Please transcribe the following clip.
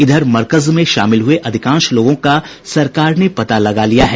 इधर मरकज में शामिल हुये अधिकांश लोगों का सरकार ने पता लगा लिया है